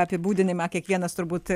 apibūdinimą kiekvienas turbūt